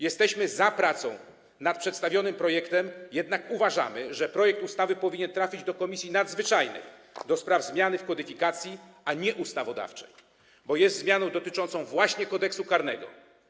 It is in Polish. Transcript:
Jesteśmy za pracą nad przedstawionym projektem, jednak uważamy, że projekt ustawy powinien trafić do Komisji Nadzwyczajnej do spraw zmian w kodyfikacjach, a nie do Komisji Ustawodawczej, bo jest zmianą dotyczącą właśnie Kodeksu karnego.